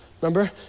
Remember